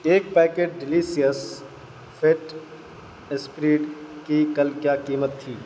ایک packet delicious fat spread کی کل کیا قیمت تھی